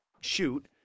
shoot